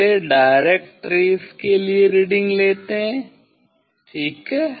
पहले direct rays के लिए रीडिंग लेते हैं ठीक है